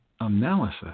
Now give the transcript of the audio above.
analysis